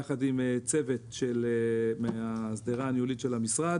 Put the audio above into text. יחד עם צוות מהשדרה הניהולית של המשרד.